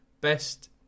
Best